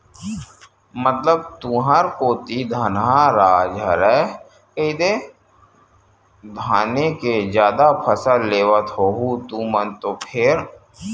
मतलब तुंहर कोती धनहा राज हरय कहिदे धाने के जादा फसल लेवत होहू तुमन तो फेर?